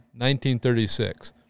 1936